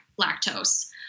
lactose